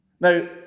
Now